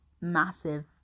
massive